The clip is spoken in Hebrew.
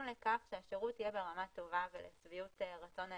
לכך שהשירות יהיה ברמה טובה ולשביעות רצון האזרחים.